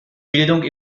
bildung